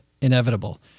inevitable